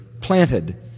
planted